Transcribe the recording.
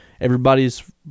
Everybody's